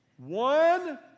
One